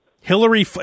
Hillary